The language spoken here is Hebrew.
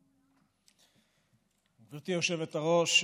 גברתי היושבת-ראש,